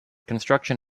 construction